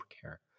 care